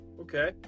Okay